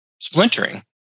splintering